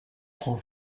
trop